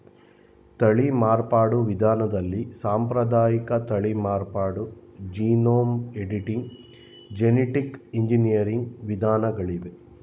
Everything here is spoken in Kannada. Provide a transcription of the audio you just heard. ತಳಿ ಮಾರ್ಪಾಡು ವಿಧಾನದಲ್ಲಿ ಸಾಂಪ್ರದಾಯಿಕ ತಳಿ ಮಾರ್ಪಾಡು, ಜೀನೋಮ್ ಎಡಿಟಿಂಗ್, ಜೆನಿಟಿಕ್ ಎಂಜಿನಿಯರಿಂಗ್ ವಿಧಾನಗಳಿವೆ